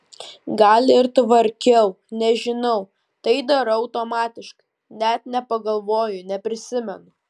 gal ir tvarkiau nežinau tai darau automatiškai net nepagalvoju neprisimenu